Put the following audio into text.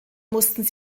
mussten